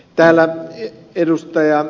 täällä ed